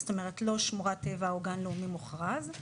כלומר לא שמורת טבע או גן לאומי מוכרז.